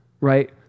right